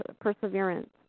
perseverance